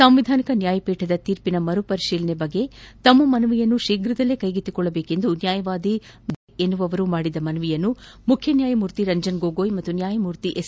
ಸಂವಿಧಾನಿಕ ನ್ಯಾಯಪೀಠದ ತೀರ್ಪಿನ ಮರುಪರಿತೀಲನೆ ಕುರಿತ ತಮ್ಮ ಮನವಿಯನ್ನು ಶೀಘದಲ್ಲೇ ಕೈಗೆತ್ತಿಕೊಳ್ಳಬೇಕು ಎಂದು ನ್ಯಾಯವಾದಿ ಮ್ಯಾಥ್ಮೂಸ್ ಜೀ ಮಾಡಿದ್ದ ಮನವಿಯನ್ನು ಮುಖ್ಯನ್ಯಾಯಮೂರ್ತಿ ರಂಜನ್ ಗೊಗೋಯ್ ಗುತ್ತು ನ್ಯಾಯಮೂರ್ತಿ ಎಸ್